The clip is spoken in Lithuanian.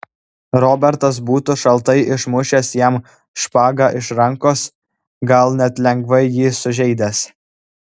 robertas būtų šaltai išmušęs jam špagą iš rankos gal net lengvai jį sužeidęs